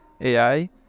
AI